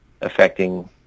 affecting